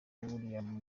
william